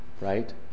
right